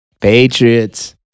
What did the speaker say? Patriots